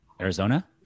Arizona